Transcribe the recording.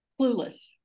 clueless